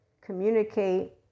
communicate